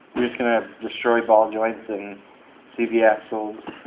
you're just gonna destroy ball joints and cv axles.